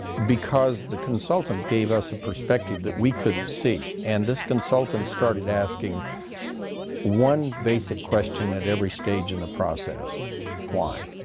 because the consultant gave us a perspective that we couldn't see, and this consultant started asking one basic question at every stage in the process why?